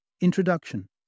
Introduction